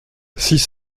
six